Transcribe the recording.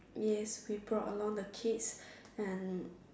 yes we brought along the kids and